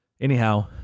anyhow